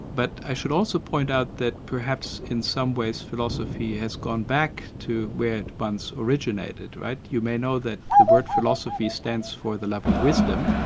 but i should also point out that perhaps in some ways, philosophy has gone back to where it once originated, right? you may know that the word philosophy stands for the love of wisdom,